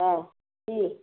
हाँ ठीक